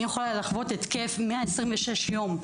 אני יכולה לחוות התקף 126 יום.